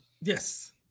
Yes